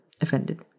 offended